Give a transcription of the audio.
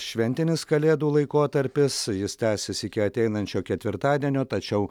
šventinis kalėdų laikotarpis jis tęsis iki ateinančio ketvirtadienio tačiau